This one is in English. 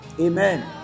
amen